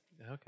Okay